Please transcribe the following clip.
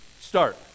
Start